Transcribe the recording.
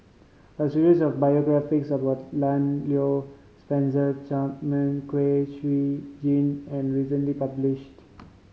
a series of biographies about Lan Loy Spencer Chapman Kwek Siew Jin and recently published